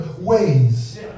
ways